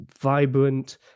vibrant